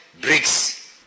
bricks